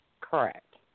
Correct